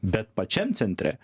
bet pačiam centre